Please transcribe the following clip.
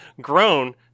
grown